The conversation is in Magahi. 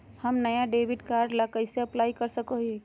हम नया डेबिट कार्ड ला कइसे अप्लाई कर सको हियै?